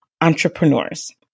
entrepreneurs